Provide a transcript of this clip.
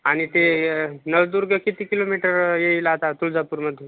आणि ते नळदुर्ग किती किलोमिटर येईल आता तुळजापूरमधून